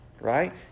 right